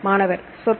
மாணவர் சொற்கள்